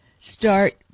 start